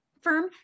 firm